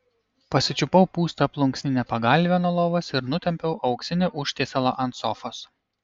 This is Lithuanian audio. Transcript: pasičiupau pūstą plunksninę pagalvę nuo lovos ir nutempiau auksinį užtiesalą ant sofos